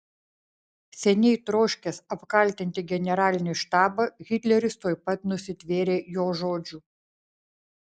seniai troškęs apkaltinti generalinį štabą hitleris tuoj pat nusitvėrė jo žodžių